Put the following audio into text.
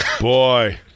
Boy